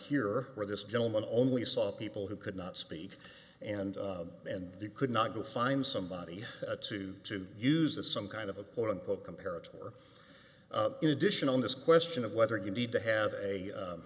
here where this gentleman only saw people who could not speak and and you could not go find somebody to to use that some kind of a point of comparative or in addition on this question of whether you need to have a